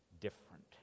different